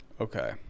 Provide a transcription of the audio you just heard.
Okay